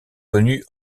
connue